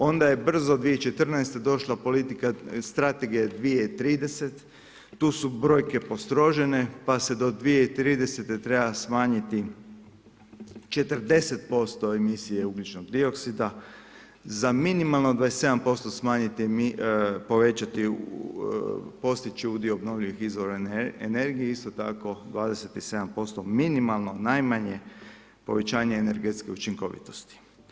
Onda je brzo 2014. došla politika Strategija 2030, tu su brojke postrožene, pa se do 2030. treba smanjiti 40% emisije ugljičnog dioksida za minimalno 27% smanjen, povećati, postići udio obnovljivih izvora energije, isto tako 27% minimalno, najmanje povećanje energetske učinkovitosti.